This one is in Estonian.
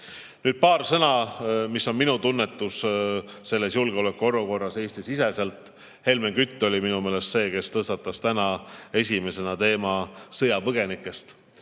Nüüd paar sõna sellest, milline on minu tunnetus selles julgeolekuolukorras Eesti-siseselt. Helmen Kütt oli minu meelest see, kes tõstatas täna esimesena sõjapõgenike